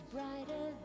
Brighter